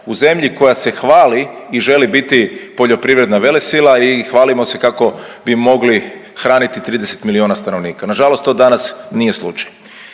U zemlji koja se hvali i želi biti poljoprivredna velesila i hvalimo se kako bi mogli hraniti 30 milijona stanovnika. Na žalost to danas nije slučaj.